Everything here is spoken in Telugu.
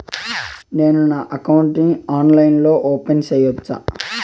నేను నా అకౌంట్ ని ఆన్లైన్ లో ఓపెన్ సేయొచ్చా?